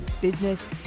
business